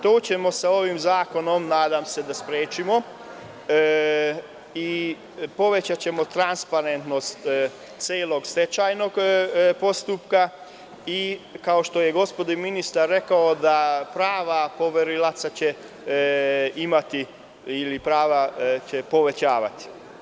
To ćemo sa ovim zakonom, nadam se, da sprečimo i povećaćemo transparentnost celog stečajnog postupka i kao što je gospodin ministar rekao da će prava poverilaca imati ili će prava povećavati.